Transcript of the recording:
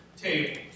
tables